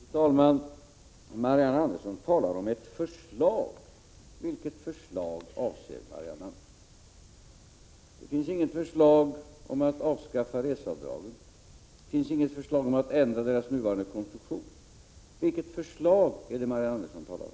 Fru talman! Marianne Andersson talar om ett förslag. Vilket förslag avser 2 april 1987 Marianne Andersson? Det finns inget förslag om att avskaffa reseavdragen. Det finns inget förslag om att ändra deras nuvarande konstruktion. Vilket förslag är det alltså Marianne Andersson talar om?